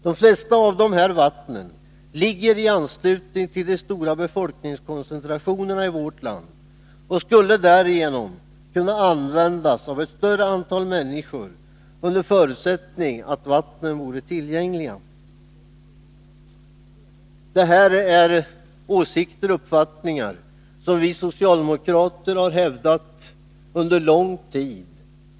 De flesta av dessa vatten ligger i anslutning till de stora befolkningskoncentrationerna i vårt land och skulle därigenom kunna användas av ett större antal människor under förutsättning att vattnen vore tillgängliga. Dessa åsikter och uppfattningar har vi socialdemokrater hävdat under lång tid.